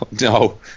no